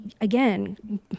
again